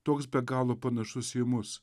toks be galo panašus į mus